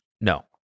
No